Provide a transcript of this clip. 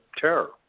terror